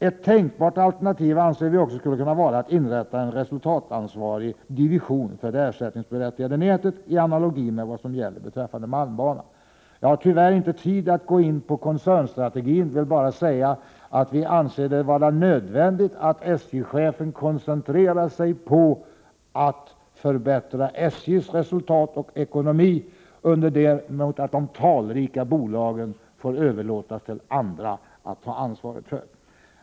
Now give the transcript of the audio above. Ett tänkbart alternativ anser vi också skulle kunna vara att inrätta en resultatansvarig division för det ersättningsberättigade nätet i analogi med vad som förordats beträffande malmbanan. Jag har tyvärr inte tid att gå in på koncernstrategin. Jag vill bara säga att vi anser det vara nödvändigt att SJ-chefen koncentrerar sig på att förbättra SJ:s resultat och ekonomi, medan de talrika bolagen får överlåtas till andra att ta ansvar för.